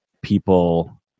people